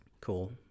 Cool